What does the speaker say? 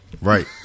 right